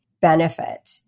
benefit